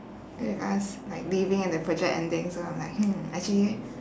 with us like leaving and the project ending so I am like hmm actually